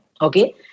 Okay